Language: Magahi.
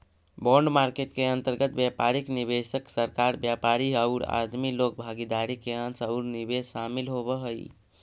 बॉन्ड मार्केट के अंतर्गत व्यापारिक निवेशक, सरकार, व्यापारी औउर आदमी लोग भागीदार के अंश औउर निवेश शामिल होवऽ हई